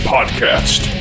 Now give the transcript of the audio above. Podcast